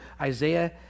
Isaiah